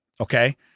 okay